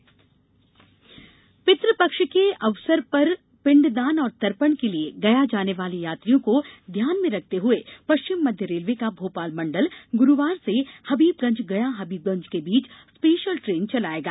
विशेष गाडी पितृपक्ष के अवसर पर पिंडदान और तर्पण के लिए गया जाने वाले यात्रियों को ध्यान में रखते हए पश्चिम मध्य रेलवे का भोपाल मंडल गुरूवार से हबीबगंज गया हबीबगंज के बीच स्पेशल ट्रेन चलायेगा